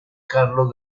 carlo